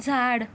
झाड